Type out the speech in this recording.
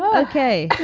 ok.